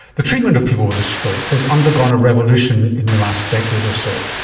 the treatment of people with a stroke has undergone a revolution in the last decade or so.